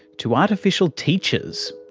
to artificial teachers.